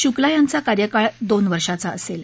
शुक्ला यांचा कार्यकाळ दोन वर्षांचा असेल